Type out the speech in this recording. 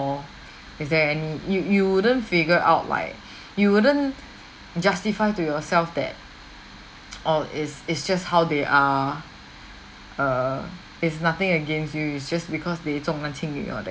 is there any you you wouldn't figure out like you wouldn't justify to yourself that oh is it's just how they are err it's nothing against you just because they